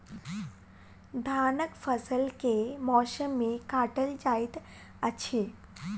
धानक फसल केँ मौसम मे काटल जाइत अछि?